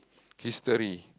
history